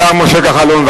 השר משה כחלון,